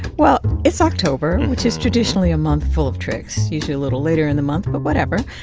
well, it's october, which is traditionally a month full of tricks usually a little later in the month, but whatever.